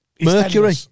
Mercury